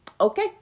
Okay